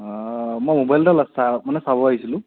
মই মোবাইল এটা মানে চাব আহিছিলোঁ